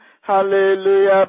Hallelujah